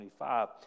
25